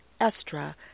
Estra